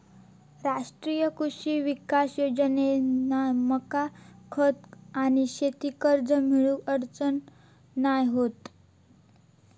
राष्ट्रीय कृषी विकास योजनेतना मका खत आणि शेती कर्ज मिळुक अडचण नाय होत